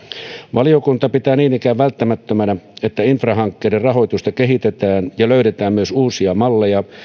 valiokunta pitää niin ikään välttämättömänä että infrahankkeiden rahoitusta kehitetään ja löydetään myös uusia malleja